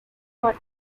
for